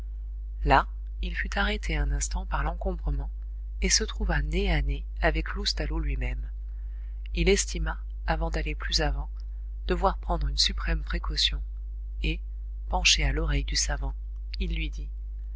là il fut arrêté un instant par l'encombrement et se trouva nez à nez avec loustalot lui-même il estima avant d'aller plus avant devoir prendre une suprême précaution et penché à l'oreille du savant il lui dit